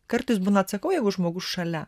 kartais būna atsakau jeigu žmogus šalia